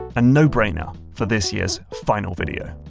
a no-brainer for this year's final video.